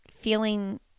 feeling